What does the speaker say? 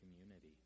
community